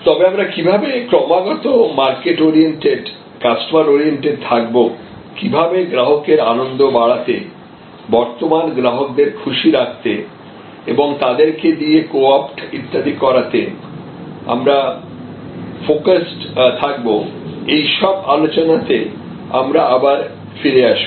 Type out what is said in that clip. তবে আমরা কীভাবে ক্রমাগত মার্কেট অরিয়েন্টেড কাস্টমার অরিয়েন্টেড থাকব কীভাবে গ্রাহকের আনন্দ বাড়াতে বর্তমান গ্রাহকদের খুশি রাখতে এবং তাদেরকে দিয়ে কো অপ্ট ইত্যাদি করাতে আমরা ফোকাস্ট থাকবো এইসব আলোচনাতে আমরা আবার ফিরে আসবো